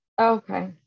Okay